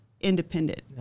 independent